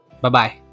Bye-bye